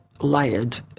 layered